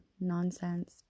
nonsense